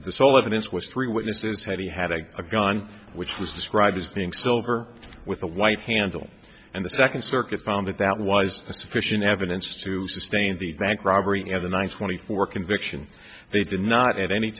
sole evidence which three witnesses had he had a gun which was described as being silver with a white handle and the second circuit found that that was a sufficient evidence to sustain the bank robbery at the one twenty four conviction they did not at any